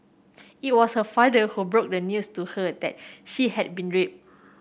it was her father who broke the news to her that she had been raped